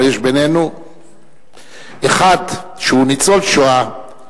אבל יש בינינו בכנסת זו אחד שהוא ניצול השואה,